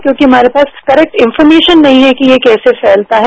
क्योंकि हमारे पास करेक्ट इन्फॉरनेशन नहीं है कि यह कैसे फैलता है